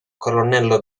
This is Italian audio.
colonnello